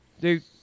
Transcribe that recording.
Dude